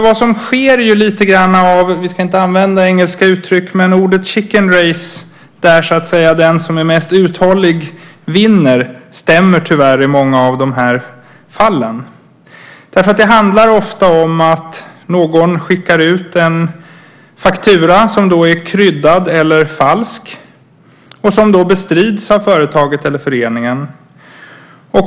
Vad som sker är lite grann av - vi ska egentligen inte använda engelska uttryck - chicken race där den som är mest uthållig vinner. Det stämmer tyvärr i många av de här fallen. Det handlar ofta om att någon skickar ut en faktura som är kryddad eller falsk och som bestrids av företaget eller föreningen.